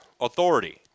authority